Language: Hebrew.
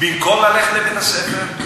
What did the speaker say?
במקום ללכת לבית-הספר,